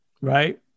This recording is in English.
right